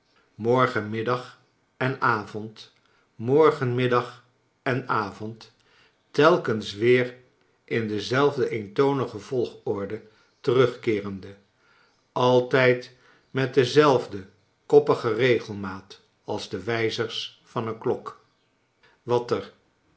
morgen middag en avond morgen middag en avond telkens weer in dezelfde eentonige volgorde terugkeerende altijd met dezelfde koppige regelmaat als de wijzers van een klok wat er